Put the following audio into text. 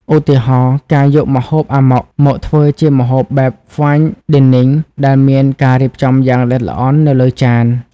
ឧទាហរណ៍ ការយកម្ហូប អាម៉ុក មកធ្វើជាម្ហូបបែប Fine Dining ដែលមានការរៀបចំយ៉ាងល្អិតល្អន់នៅលើចាន។